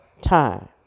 time